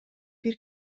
бир